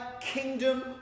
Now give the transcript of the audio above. kingdom